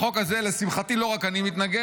לחוק הזה, לשמחתי, לא רק אני מתנגד.